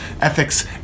ethics